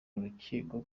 urukiko